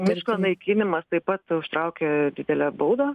miško naikinimas taip pat užtraukia didelę baudą